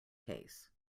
case